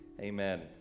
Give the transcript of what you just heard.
amen